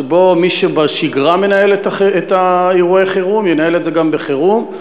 שבו מי שבשגרה מנהל את אירועי החירום ינהל את זה גם בחירום?